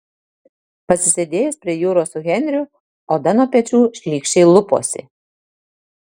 pasisėdėjus prie jūros su henriu oda nuo pečių šlykščiai luposi